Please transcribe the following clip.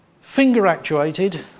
Finger-actuated